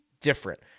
different